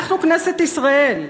אנחנו כנסת ישראל.